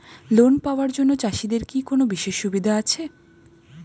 Loan পাওয়ার জন্য চাষিদের কি কোনো বিশেষ সুবিধা আছে?